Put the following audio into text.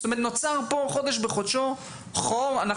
נוצר פה חודש בחודשו חור,